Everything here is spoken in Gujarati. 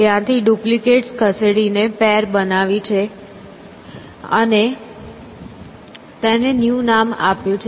ત્યાંથી ડુપ્લિકેટ્સ ખસેડીને પેર બનાવી છે અને તેને ન્યુ નામ આપ્યું છે